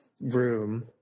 room